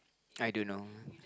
can I do now